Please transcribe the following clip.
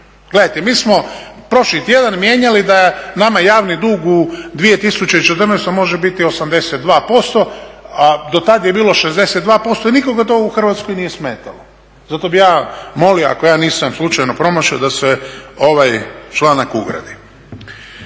Gledajte, mi smo prošli tjedan mijenjali da nama javni dug u 2014. može biti 82%, a do tada je bilo 62% i nikoga to u Hrvatskoj nije smetalo, zato bih ja molio ako ja nisam slučajno promašio da se ovaj članak ugradi.